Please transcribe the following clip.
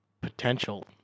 potential